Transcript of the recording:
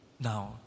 Now